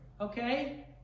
okay